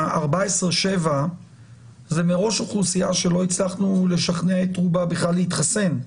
זאת מראש אוכלוסייה שלא הצלחנו לשכנע את רובה להתחסן.